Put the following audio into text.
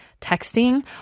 texting